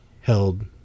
held